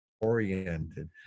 Oriented